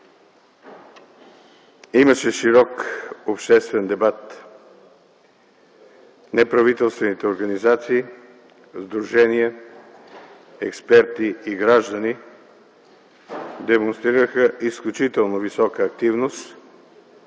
Имаше широк обществен дебат. Неправителствените организации, сдружения, експерти и граждани демонстрираха изключително висока активност